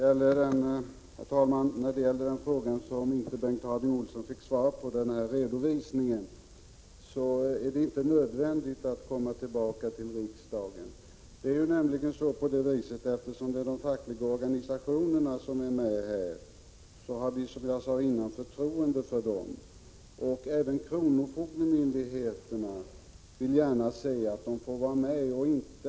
Herr talman! Bengt Harding Olson efterlyste svar på sin fråga beträffande redovisningen. Jag vill då säga att det inte är nödvändigt att komma tillbaka till riksdagen i det sammanhanget. De fackliga organisationerna är ju med i organisationsarbetet, och vi har, som jag sade tidigare, förtroende för dem. Även kronofogdemyndigheterna vill gärna se att de får vara med och utforma detta.